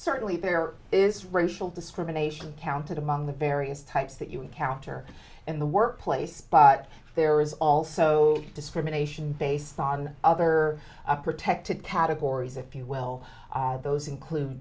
certainly there is racial discrimination counted among the various types that you encounter in the workplace but there is also discrimination based on other protected categories if you will those include